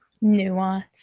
Nuance